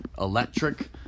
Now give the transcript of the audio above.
electric